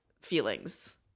feelings